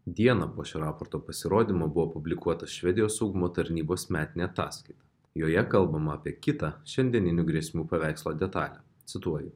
dieną po šio raporto pasirodymo buvo publikuota švedijos saugumo tarnybos metinė ataskaita joje kalbama apie kitą šiandieninių grėsmių paveikslo detalę cituoju